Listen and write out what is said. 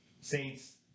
Saints